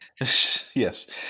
Yes